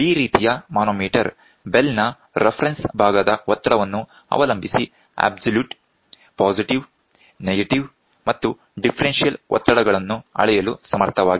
ಈ ರೀತಿಯ manometer bell ನ ರೆಫರೆನ್ಸ್ ಭಾಗದ ಒತ್ತಡವನ್ನು ಅವಲಂಬಿಸಿ ಅಬ್ಸಲ್ಯೂಟ್ ಪಾಸಿಟಿವ್ ನೆಗೆಟಿವ್ ಮತ್ತು ಡಿಫರೆನ್ಷಿಯಲ್ ಒತ್ತಡಗಳನ್ನು ಅಳೆಯಲು ಸಮರ್ಥವಾಗಿದೆ